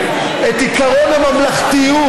אתם מקללים ומכפישים,